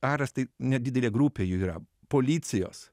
aras tai nedidelė grupė jų yra policijos